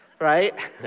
right